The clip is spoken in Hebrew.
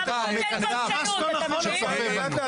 אתה לא תטעה את הציבור שצופה בנו.